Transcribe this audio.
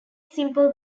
simple